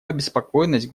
обеспокоенность